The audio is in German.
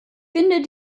finde